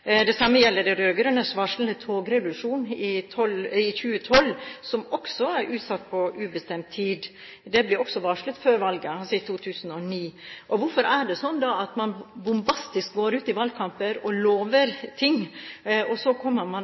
Det samme gjelder de rød-grønnes varslede togrevolusjon i 2012, som også er utsatt på ubestemt tid. Det ble også varslet før valget, i 2009. Hvorfor er det sånn at man bombastisk går ut i valgkamper og lover ting, og så kommer man